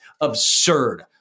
Absurd